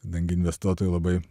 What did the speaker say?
kadangi investuotojai labai